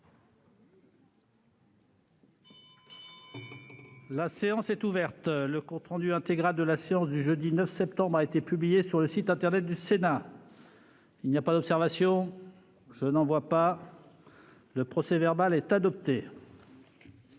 La séance est ouverte. Le compte rendu intégral de la séance du jeudi 9 septembre 2021 a été publié sur le site internet du Sénat. Il n'y a pas d'observation ?... Le procès-verbal est adopté.